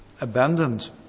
abandoned